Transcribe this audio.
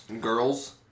girls